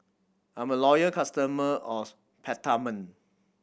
I'm a loyal customer of Peptamen